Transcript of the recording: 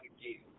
again